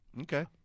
Okay